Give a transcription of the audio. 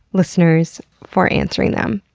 listeners for answering them.